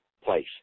place